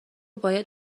باید